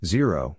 Zero